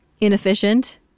inefficient